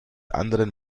anderen